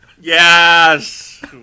Yes